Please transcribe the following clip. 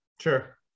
sure